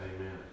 Amen